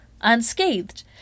unscathed